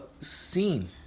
scene